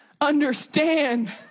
understand